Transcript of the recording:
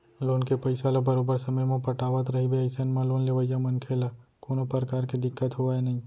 loan के पइसा ल बरोबर समे म पटावट रहिबे अइसन म लोन लेवइया मनसे ल कोनो परकार के दिक्कत होवय नइ